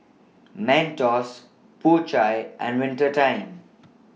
Mentos Po Chai and Winter Time